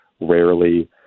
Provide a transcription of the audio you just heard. rarely